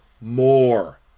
More